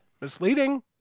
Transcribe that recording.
Misleading